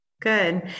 good